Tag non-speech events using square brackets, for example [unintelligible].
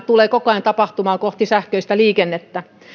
[unintelligible] tulee koko ajan tapahtumaan kohti sähköistä liikennettä